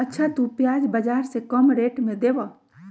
अच्छा तु प्याज बाजार से कम रेट में देबअ?